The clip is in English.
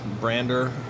brander